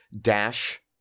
dash